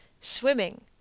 SWIMMING